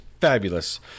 fabulous